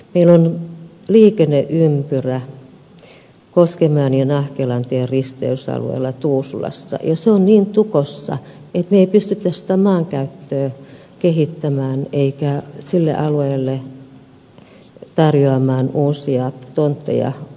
meillä on liikenneympyrä koskenmäen ja nahkelantien risteysalueella tuusulassa ja se on niin tukossa että me emme pysty sitä maankäyttöä kehittämään emmekä sille alueelle tarjoamaan uusia tontteja asukkaille